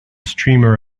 streamer